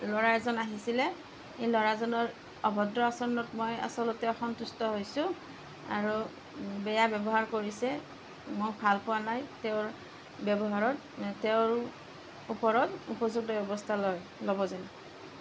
ল'ৰা এজন আহিছিল এই ল'ৰাজনৰ অভদ্ৰ আচৰণত মই আচলতে অসন্তুষ্ট হৈছো আৰু বেয়া ব্যৱহাৰ কৰিছে মই ভাল পোৱা নাই তেওঁৰ ব্যৱহাৰত তেওঁৰ ওপৰত উপযুক্ত ব্যৱস্থা লয় ল'ব যেন